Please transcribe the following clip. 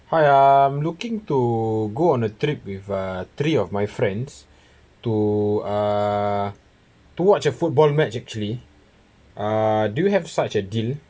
hi I'm looking to go on a trip with uh three of my friends to uh to watch a football match actually uh do you have such a deal